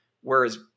whereas